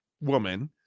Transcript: woman